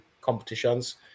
competitions